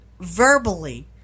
verbally